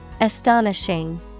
Astonishing